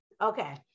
Okay